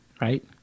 right